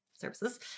services